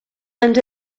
and